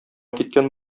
киткән